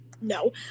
no